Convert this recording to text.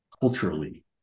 culturally